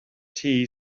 tea